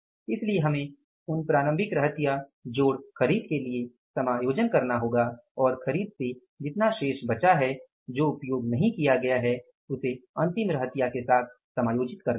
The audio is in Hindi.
इसलिए हमें उन प्रारंभिक रहतिया जोड़ खरीद के लिए समायोजित करना होगा और खरीद से जितना शेष बचा है जो उपयोग नहीं किया गया है उसे अंतिम रहतिया के साथ समायोजित करना होगा